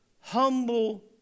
Humble